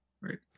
Right